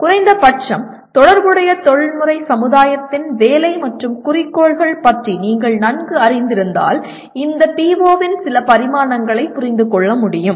குறைந்த பட்சம் தொடர்புடைய தொழில்முறை சமுதாயத்தின் வேலை மற்றும் குறிக்கோள்கள் பற்றி நீங்கள் நன்கு அறிந்திருந்தால் இந்த PO இன் சில பரிமாணங்களை புரிந்து கொள்ள முடியும்